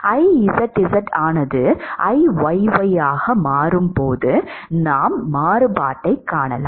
Izz ஆனது Iyy ஆக மாறும் போது நாம் மாறுபடுவோம்